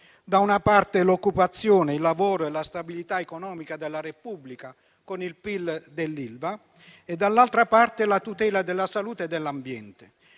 da una parte l'occupazione, il lavoro e la stabilità economica della Repubblica, con il PIL dell'Ilva, dall'altra parte la tutela della salute e dell'ambiente.